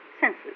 Senses